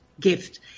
gift